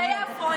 ביפו.